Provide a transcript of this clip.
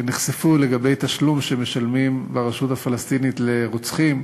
שנחשפו לגבי תשלום שמשלמים ברשות הפלסטינים לרוצחים,